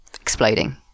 exploding